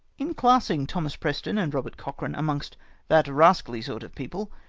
in classing thomas preston and eobert cochran amongst that rascally sort of people,